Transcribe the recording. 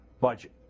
budget